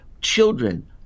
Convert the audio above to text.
children